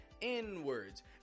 inwards